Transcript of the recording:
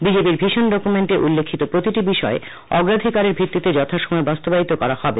বিজেপির vision document উল্লেখিত প্রতিটি বিষয় অগ্রাধিকারের ভিত্তিতে যথা সময়ে বাস্তবায়ন করা হবে